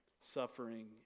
suffering